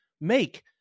make